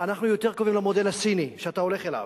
אנחנו יותר קרובים למודל הסיני שאתה הולך אליו,